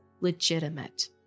legitimate